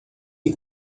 que